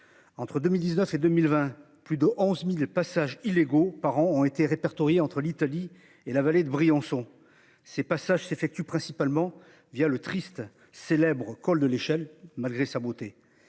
Entre 2019 et 2020 plus de 11.000 passages illégaux par an ont été répertoriés entre l'Italie et la vallée de Briançon. Ces passages s'effectue principalement via le triste célèbre col de l'échelle, malgré sa beauté